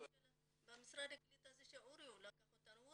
במשרד הקליטה זה אורי לקח אותנו,